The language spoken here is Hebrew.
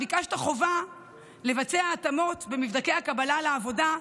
ביקשת חובה לבצע התאמות במבדקי הקבלה לעבודה,